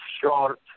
short